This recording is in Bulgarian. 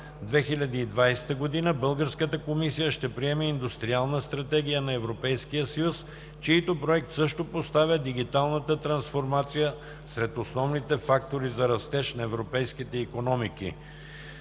2020 г. Европейската комисия ще приеме Индустриална стратегия на Европейския съюз, чийто проект също поставя дигиталната трансформация сред основните фактори за растеж на европейските икономики.